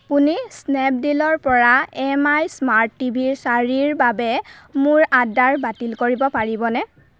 আপুনি স্নেপডীলৰ পৰা M I smart T V চাৰিৰ বাবে মোৰ আৰ্ডাৰ বাতিল কৰিব পাৰিবনে